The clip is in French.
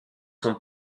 son